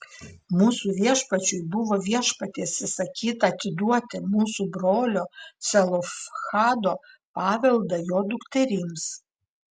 mūsų viešpačiui buvo viešpaties įsakyta atiduoti mūsų brolio celofhado paveldą jo dukterims